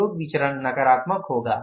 उपयोग विचरण नकारात्मक होगा